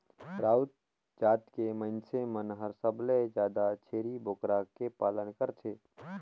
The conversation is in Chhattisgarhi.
राउत जात के मइनसे मन हर सबले जादा छेरी बोकरा के पालन करथे